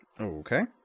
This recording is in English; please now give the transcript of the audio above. Okay